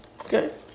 Okay